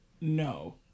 no